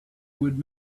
would